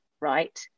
right